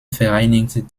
vereinigt